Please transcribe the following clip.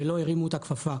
ולא הרימו את הכפפה.